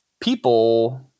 people